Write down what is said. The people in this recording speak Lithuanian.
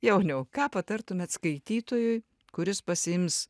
jauniau ką patartumėt skaitytojui kuris pasiims